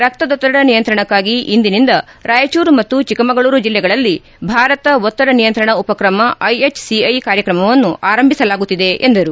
ರಕ್ತದೊತ್ತಡ ನಿಯಂತ್ರಣಕ್ಕಾಗಿ ಇಂದಿನಿಂದ ರಾಯಚೂರು ಮತ್ತು ಚಿಕ್ಕಮಗಳೂರು ಜಿಲ್ಲೆಗಳಲ್ಲಿ ಭಾರತ ಒತ್ತಡ ನಿಯಂತ್ರಣ ಉಪಕ್ರಮ ಐಎಚ್ಸಿಐ ಕಾರ್ಯಕ್ರಮವನ್ನು ಆರಂಭಿಸಲಾಗುತ್ತಿದೆ ಎಂದರು